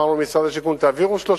אמרנו למשרד השיכון, תעבירו 30 מיליון,